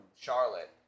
Charlotte